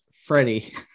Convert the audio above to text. Freddie